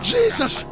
Jesus